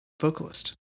vocalist